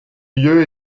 lieu